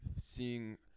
seeing